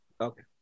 Okay